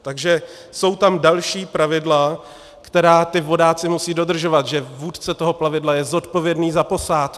Takže jsou tam další pravidla, která ti vodáci musí dodržovat, že vůdce toho plavidla je zodpovědný za posádku.